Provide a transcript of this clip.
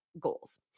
goals